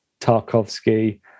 Tarkovsky